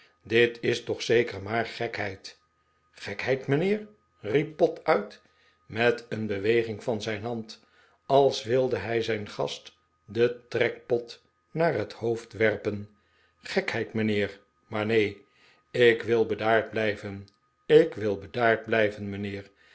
dit is tdch zeker maar gekheid gekheid mijnheer riep pott uit met een beweging van zijn hand als wilde hij zijn gast den trekpot naar het hoofd werpen gekheid mijnheer maar neen ik wil bedaard blijven ik wil bedaard blijven mijnheer